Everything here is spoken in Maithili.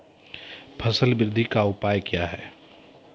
फसल बृद्धि का उपाय क्या हैं?